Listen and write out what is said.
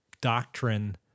doctrine